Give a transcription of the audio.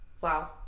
wow